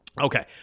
Okay